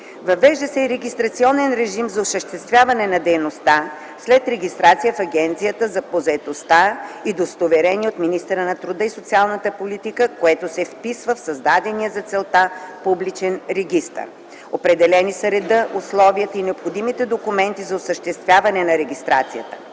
Въвежда се регистрационен режим за осъществяване на дейността след регистрация в Агенцията по заетостта и удостоверение от министъра на труда и социалната политика, което се вписва в създадения за целта публичен регистър. Определени са редът, условията и необходимите документи за осъществяване на регистрацията.